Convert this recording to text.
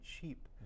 cheap